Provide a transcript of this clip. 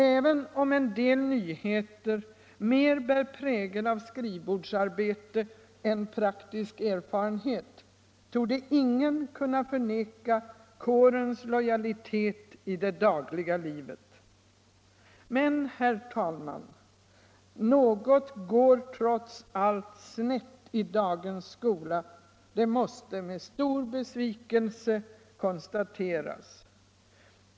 Även om en del nyheter mer bär prägel av skrivbordsarbete än praktisk erfarenhet torde ingen kunna förneka kårens lojalitet i det dagliga livet. Men, herr talman, något går trots allt snett i dagens skola —- det måste med stor besvikelse konstateras!